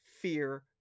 fear